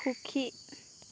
সুখী